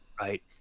Right